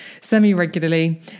semi-regularly